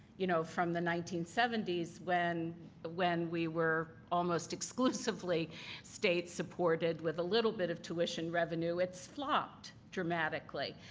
you know, from the nineteen seventy s ah when we were almost exclusively state supported with a little bit of tuition revenue, it's flopped dramatically,